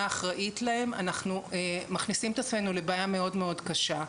אחראית להם אנחנו מכניסים את עצמנו לבעיה מאוד-מאוד קשה.